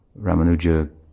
Ramanuja